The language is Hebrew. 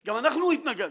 גם אנחנו התנגדו,